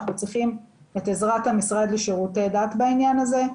אנחנו צריכים את עזרת המשרד לשירותי דת בעניין הזה.